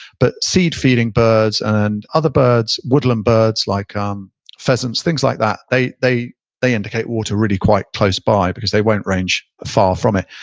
but seed feeding birds and other birds, woodland birds like um pheasants, things like that, they they indicate water really quite close by because they won't range far from it.